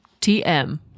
TM